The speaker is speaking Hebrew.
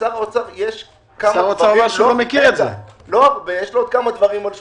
לשר האוצר יש כמה דברים על שולחנו,